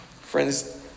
Friends